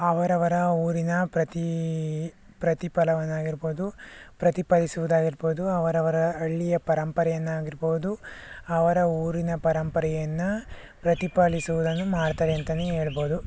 ಅವರವರ ಊರಿನ ಪ್ರತಿ ಪ್ರತಿಫಲವನ್ನಾಗಿರ್ಬೋದು ಪ್ರತಿಪಾಲಿಸೋದಾಗಿರ್ಬೋದು ಅವರವರ ಹಳ್ಳಿಯ ಪರಂಪರೆಯನ್ನಾಗಿರ್ಬೋದು ಅವರ ಊರಿನ ಪರಂಪರೆಯನ್ನು ಪ್ರತಿಪಾಲಿಸೋದನ್ನು ಮಾಡ್ತಾರೆ ಅಂತಲೇ ಹೇಳ್ಬೋದು